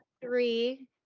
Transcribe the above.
three